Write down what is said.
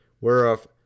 whereof